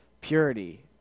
purity